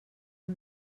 amb